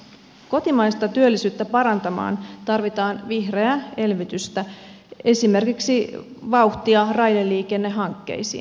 kotimaista työllisyyttä parantamaan tarvitaan vihreää elvytystä esimerkiksi vauhtia raideliikennehankkeisiin